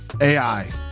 AI